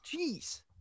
Jeez